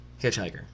Hitchhiker